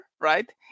right